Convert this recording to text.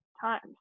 times